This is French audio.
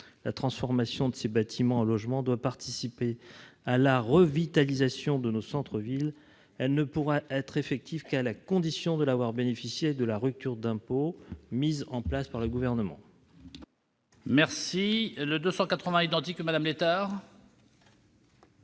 La transformation de ces bâtiments en logements doit contribuer à la revitalisation de nos centres-villes. Elle ne pourra être effective qu'à la condition de bénéficier de la réduction d'impôt mise en place par le Gouvernement. La parole est à Mme Valérie Létard,